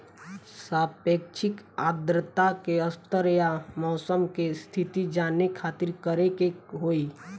सापेक्षिक आद्रता के स्तर या मौसम के स्थिति जाने खातिर करे के होई?